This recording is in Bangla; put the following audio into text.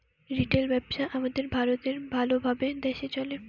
রিটেল ব্যবসা আমাদের ভারতে ভাল ভাবে দ্যাশে চলে